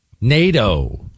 NATO